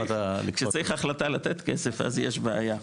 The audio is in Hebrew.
כשצריך החלטה לתת כסף אז יש בעיה.